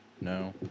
No